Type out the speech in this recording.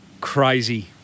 crazy